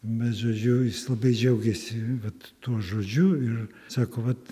bet žodžiu jis labai džiaugėsi vat tuo žodžiu ir sako vat